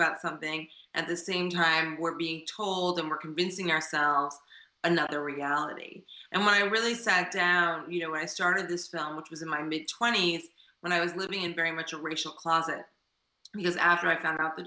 about something at the same time we're being told them or convincing ourselves another reality and i really sat down you know when i started this which was in my mid twenty's when i was living in very much a racial closet because after i found out the